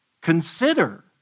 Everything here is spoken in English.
consider